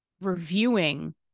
reviewing